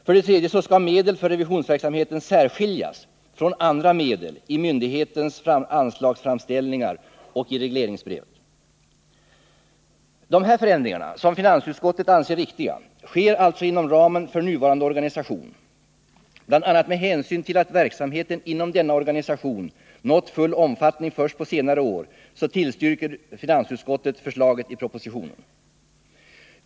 För det tredje skall medel för revisionsverksamheten särskiljas från andra medel i myndighetens anslagsframställningar och i regleringsbrev. De här förändringarna, som finansutskottet anser riktiga, sker alltså inom ramen för nuvarande organisation. Bl. a. med hänsyn till att verksamheten inom denna organisation nått full omfattning först på senare år tillstyrker finansutskottet förslaget i propositionen.